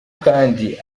kandi